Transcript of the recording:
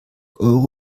euro